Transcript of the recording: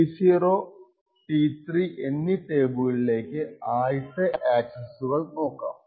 T0 T3 എന്നീ ടേബിളുകളിലേക്ക് ആദ്യത്തെ ആക്സസ്സുകൾ നോക്കാം